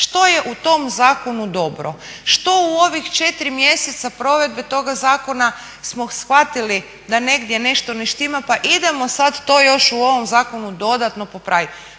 što je u tom zakonu dobro, što u ovih 4 mjeseca provedbe toga zakona smo shvatili da negdje nešto ne štima pa idemo to sad još u ovom zakonu dodatno popraviti.